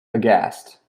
aghast